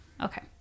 okay